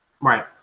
right